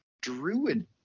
druid